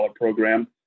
program